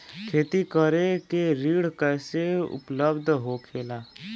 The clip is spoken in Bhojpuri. खेती करे के ऋण कैसे उपलब्ध होखेला?